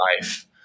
Life